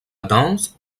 danse